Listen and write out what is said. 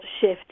shift